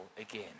again